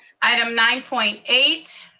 item nine point eight.